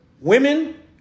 Women